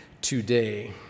today